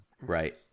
Right